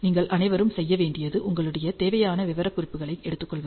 நீங்கள் அனைவரும் செய்ய வேண்டியது உங்களுடைய தேவையான விவரக்குறிப்புகளை எடுத்துக் கொள்வது